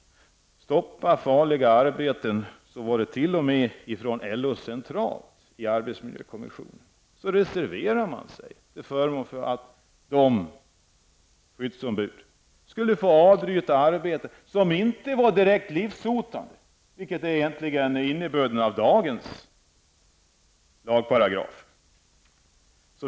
När det gäller frågan om att stoppa farliga arbeten reserverade man sig t.o.m. från LO centralt i arbetsmiljökommissionen till förmån för att skyddsombuden skulle få avbryta arbete som inte är direkt livshotande, vilket egentligen är innebörden av dagens lagparagraf.